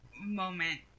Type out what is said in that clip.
moment